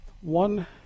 one